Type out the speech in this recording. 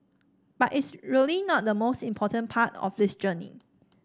but it's really not the most important part of this journey